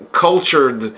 cultured